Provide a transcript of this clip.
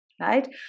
right